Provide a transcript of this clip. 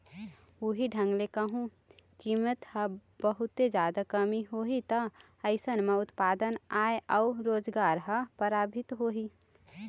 उहीं ढंग ले कहूँ कीमत म बहुते जादा कमी होही ता अइसन म उत्पादन, आय अउ रोजगार ह परभाबित होही